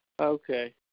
okay